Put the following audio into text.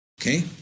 Okay